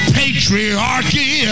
patriarchy